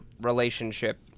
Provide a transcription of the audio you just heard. relationship